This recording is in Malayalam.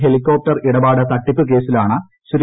ഹെലികോപ്റ്റർ ഇടപാട് തട്ടിപ്പ് കേസിലാണ് ശ്രീ